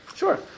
Sure